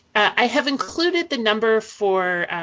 i have included the number for